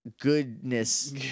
goodness